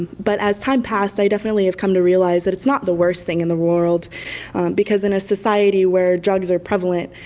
but as time passed, i definitely have come to realize that it's not the worse thing in the world because in a society where drugs are prevalent,